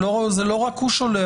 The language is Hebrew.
לא רק הוא שולח.